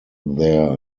there